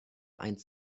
einst